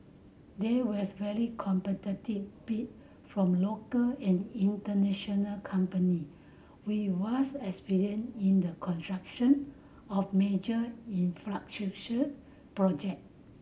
there was very competitive bid from local and international company with vast experience in the construction of major infrastructure project